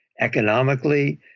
economically